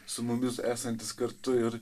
su mumis esantis kartu ir